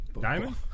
Diamond